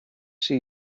see